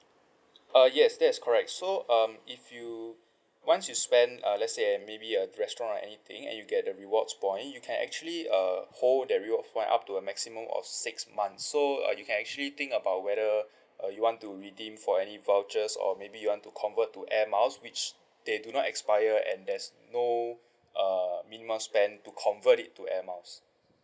uh yes that's correct so um if you once you spend uh let's say maybe a restaurant or anything and you get the rewards point you can actually uh hold that rewards points up to a maximum of six months so uh you can actually think about whether uh you want to redeem for any vouchers or maybe you want to convert to air miles which they do not expire and there's no uh minimum spend to convert it to air miles